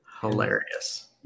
Hilarious